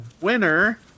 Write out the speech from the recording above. winner